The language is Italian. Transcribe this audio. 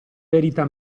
verità